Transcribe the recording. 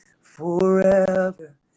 forever